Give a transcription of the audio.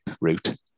route